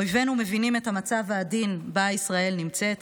אויבינו מבינים את המצב העדין שבו ישראל נמצאת,